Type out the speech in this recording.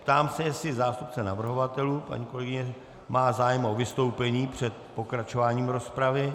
Ptám se, jestli zástupce navrhovatelů, paní kolegyně, má zájem o vystoupení před pokračováním rozpravy.